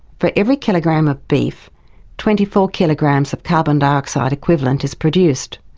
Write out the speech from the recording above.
for every kilogram of beef twenty four kilograms of carbon dioxide equivalent is produced.